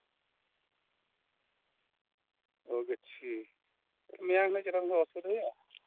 ᱚ ᱜᱟᱹᱪᱷᱤ ᱛᱟᱞᱦᱮ ᱢᱤᱭᱟᱝ ᱦᱤᱞᱳᱜ ᱪᱟᱞᱟᱜ ᱦᱩᱭᱩᱜᱼᱟ ᱚᱥᱩᱵᱤᱫᱷᱟ ᱦᱩᱭᱩᱜᱼᱟ